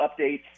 updates